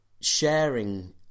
sharing